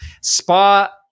Spa